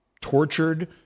tortured